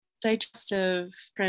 digestive